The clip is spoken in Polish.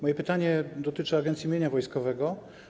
Moje pytanie dotyczy Agencji Mienia Wojskowego.